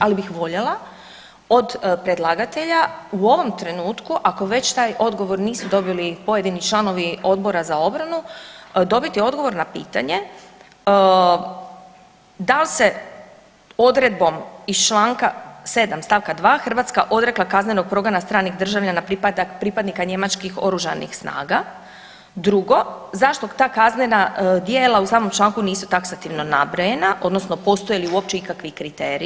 Ali bih voljela od predlagatelja u ovom trenutku, ako već taj odgovor nisu dobili pojedini članovi Odbora za obranu, dobiti odgovor na pitanje da li se odredbom iz čanka 7. stavka 2. Hrvatska odrekla kaznenog progona stranih državljana pripadnika njemačkih oružanih snaga, drugo zašto ta kaznena djela u samom članku nisu taksativno nabrojena, odnosno postoje li uopće ikakvi kriteriji.